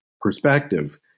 perspective